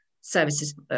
services